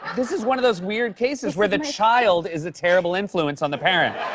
this is one of those weird cases where the child is a terrible influence on the parent.